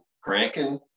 cranking